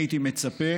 הייתי מצפה